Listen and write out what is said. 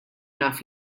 naf